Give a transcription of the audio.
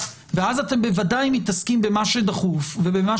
ואז אתם בוודאי מתעסקים במה שדחוף ובמה